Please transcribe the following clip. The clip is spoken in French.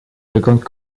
seconde